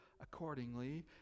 accordingly